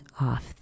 off